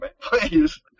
Please